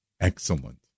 excellent